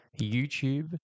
YouTube